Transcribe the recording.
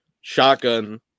shotgun